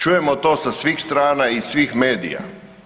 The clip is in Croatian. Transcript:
Čujemo to sa svih strana i svih medija.